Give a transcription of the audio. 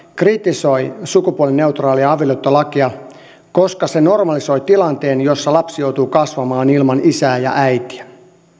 kritisoi sukupuolineutraalia avioliittolakia koska se normalisoi tilanteen jossa lapsi joutuu kasvamaan ilman isää ja äitiä